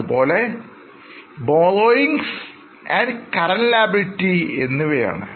അതുപോലെ Borrowings and Current Liabilities എന്നിവ യാണ്